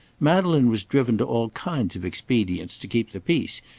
madeleine was driven to all kinds of expedients to keep the peace,